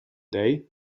day